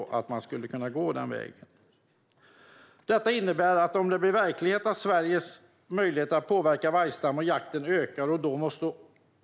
Detta skulle innebära att det blev verklighet av Sveriges möjligheter att påverka vargstammen och öka jakten.